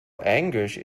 anguish